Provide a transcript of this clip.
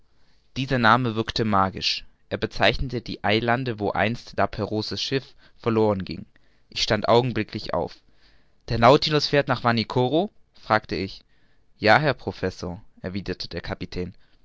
dieser name wirkte magisch er bezeichnete die eilande wo einst la prouse's schiffe verloren gingen ich stand augenblicklich auf der nautilus fährt nach vanikoro fragte ich ja herr professor erwiderte der kapitän